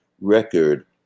record